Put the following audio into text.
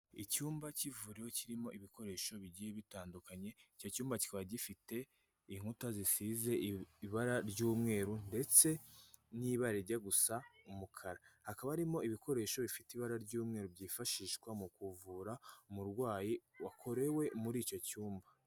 Icyumba k'ivuririro kirimo ibikoresho bigiye bitandukanye, icyo cyumba kikaba gifite inkuta zisize ibara ry'umweru ndetse n'ibara rijya gusa umukara, hakaba harimo ibikoresho bifite ibara ry'umweru byifashishwa mu kuvura umurwayi wakorewe muri icyo cyumba.